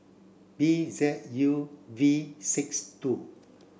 B Z U V six two